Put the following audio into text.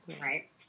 right